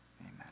Amen